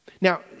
Now